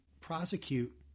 prosecute